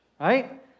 right